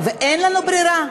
ואין לנו ברירה.